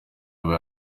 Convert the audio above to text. aba